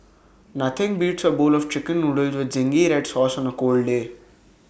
nothing beats A bowl of Chicken Noodles with Zingy Red Sauce on A cold day